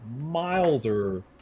milder